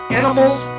animals